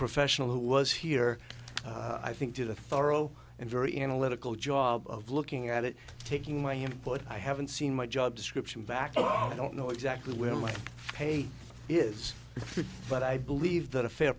professional who was here i think did a thorough and very analytical job of looking at it taking my input i haven't seen my job description back i don't know exactly where my page is but i believe that a fair